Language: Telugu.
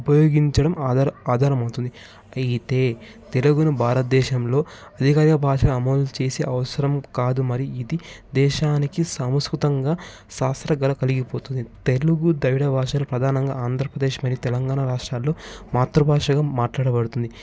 ఉపయోగించడం ఆధార ఆధారం అవుతుంది అయితే తెలుగును భారతదేశంలో అధికారిక భాష అమలు చేసి అవసరం కాదు మరి ఇది దేశానికి సంస్కృతంగా శాస్త్రగత కలిగిపోతుంది తెలుగు ద్రావిడ భాషల ప్రధానంగా ఆంధ్రప్రదేశ్ మరియు తెలంగాణలో రాష్ట్రాలలో మాతృ భాషగా మాట్లాడబడుతుంది